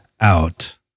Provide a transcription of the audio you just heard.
Out